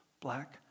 black